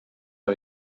are